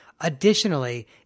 Additionally